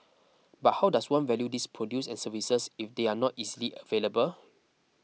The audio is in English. but how does one value these produce and services if they are not easily available